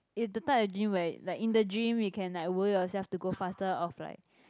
is the type of dream where like in the dream you can like will yourself to go faster of like